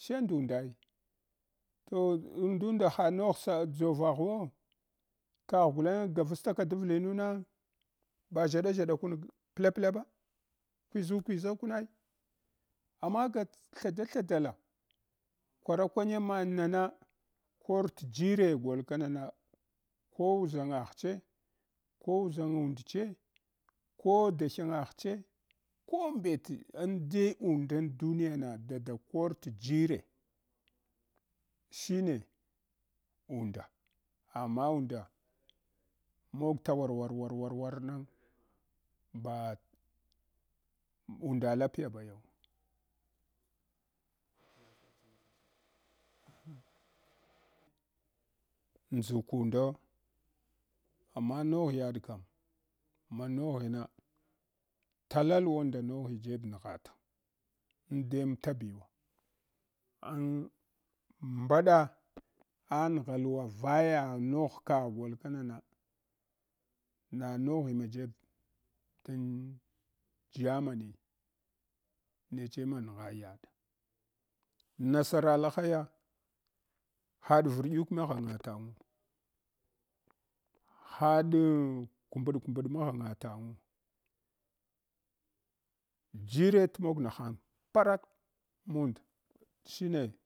She ndundai toh undunda sa ha nogh sa dʒovaghwo kagh gulange gavasataka davlinuna ba ʒshaɗa ʒshaɗa kun pla ple da kwiʒu- kwiʒa kunai amma gats thada thadala kwara kwaranga magna na kor t’ jire gol kama na ko uʒangaghche, ko uʒangundche, ko dahyengaghche kombete indai undan duniyana dada kor t' jire shine unda, amma unda mog tawarwarwarwarwarnang ba unda lapiya bayaw ndʒukundo amma nogh yaɗ kam manoghina tala luwunda noghi jeb nghata indai mta biwa, ang mbada amgha luwa vaya noghka gol kana na na noghima jeb dam germany neche ma ngha yaɗa, nasara lahaya haɗ vardguk maghanga tangu haɗan kumbaɗ kumbaɗ maghanga tangu jire t’ mog nahang parak mund shine.